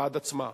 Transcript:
בעד עצמה.